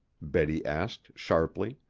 betty asked sharply.